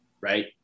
right